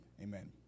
amen